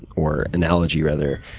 or, analogy, rather.